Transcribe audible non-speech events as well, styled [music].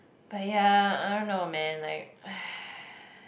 but ya I don't know man like [breath]